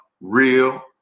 real